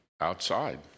outside